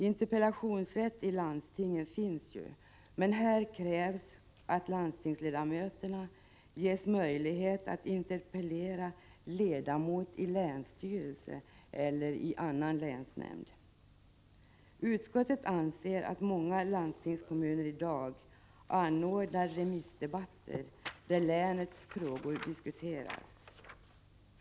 Interpellationsrätt i landstingen finns ju, men här krävs att landstingsledamöterna ges möjlighet att interpellera ledamot i länsstyrelse eller i annan länsnämnd. Utskottet konstaterar att många landstingskommuner i dag anordnar remissdebatter där länets frågor diskuteras.